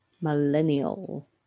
Millennial